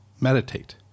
Meditate